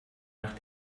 nach